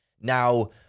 now